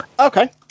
okay